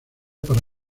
para